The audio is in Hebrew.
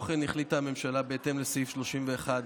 כמו כן החליטה הממשלה, בהתאם לסעיף 31(א)